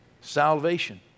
Salvation